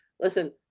listen